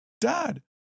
Dad